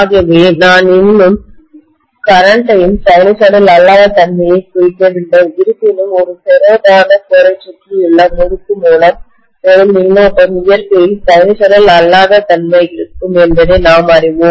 ஆகவே நாம் இன்னும் கரண்ட் யும் சைனூசாய்டல் அல்லாத தன்மையைக் குறிக்கவில்லை இருப்பினும் ஒரு ஃபெரோ காந்த கோரைச் சுற்றியுள்ள முறுக்கு மூலம் பெரும் மின்னோட்டம் இயற்கையில் சைனூசாய்டல் அல்லாத தன்மை இருக்கும் என்பதை நாம் அறிவோம்